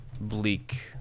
bleak